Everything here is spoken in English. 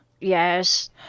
Yes